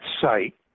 site